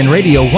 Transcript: Radio